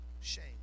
shame